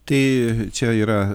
tai čia yra